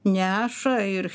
neša ir